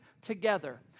together